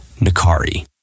Nakari